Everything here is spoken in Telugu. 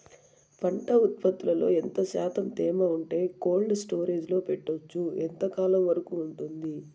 పంట ఉత్పత్తులలో ఎంత శాతం తేమ ఉంటే కోల్డ్ స్టోరేజ్ లో పెట్టొచ్చు? ఎంతకాలం వరకు ఉంటుంది